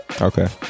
Okay